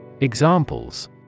Examples